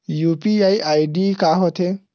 UPI ID का होथे?